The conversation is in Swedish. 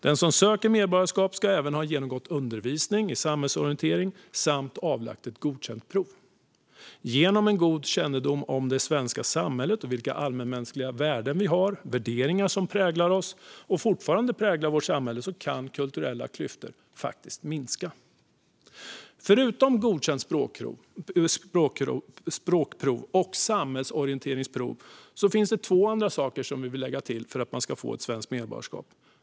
Den som söker medborgarskap ska även ha genomgått undervisning i samhällsorientering samt avlagt ett godkänt prov. Genom en god kännedom om det svenska samhället och vilka allmänmänskliga värden vi har, värderingar som präglar oss och fortfarande präglar vårt samhälle, kan kulturella klyftor faktiskt minska. Förutom godkänt språkprov och samhällsorienteringsprov finns det två andra saker som vi vill lägga till för att få ett svenskt medborgarskap.